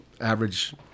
average